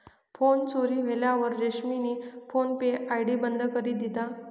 phone चोरी व्हयेलवर रमेशनी फोन पे आय.डी बंद करी दिधा